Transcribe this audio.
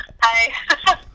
Hi